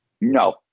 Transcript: No